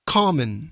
common